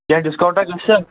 کیٛنٛہہ ڈِسکاوُنٛٹ گژھیٛا